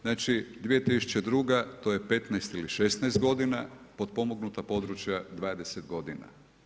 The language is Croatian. Znači 2002. to je 15 ili 16 godina, potpomognuta područja 20 godina.